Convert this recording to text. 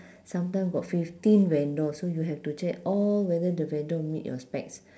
sometime got fifteen vendors so you have to check all whether the vendor meet your specs